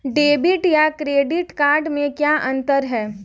Debit या credit card में क्या अन्तर है?